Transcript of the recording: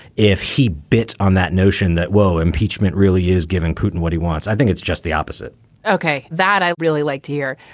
if he bit on that notion that, well, impeachment really is giving putin what he wants. i think it's just the opposite okay. that i really like to hear.